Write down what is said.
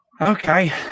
Okay